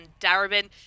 Darabin